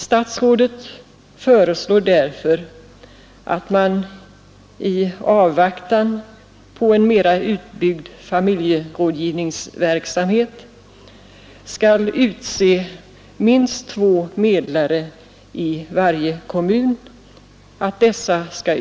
Statsrådet föreslår därför att länsstyrelserna i avvaktan på en utbyggd familjerådgivningsverksamhet skall utse minst två medlare i varje kommun.